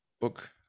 book